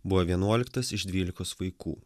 buvo vienuoliktas iš dvylikos vaikų